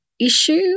issue